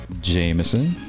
jameson